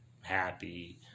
happy